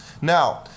Now